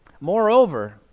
Moreover